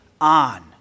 on